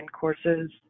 Courses